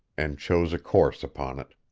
and chose a course upon it.